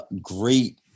great